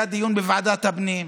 היה דיון בוועדת הפנים,